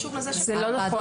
זה לא נכון.